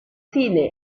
cine